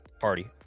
party